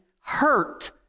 hurt